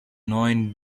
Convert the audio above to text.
neuen